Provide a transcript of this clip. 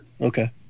okay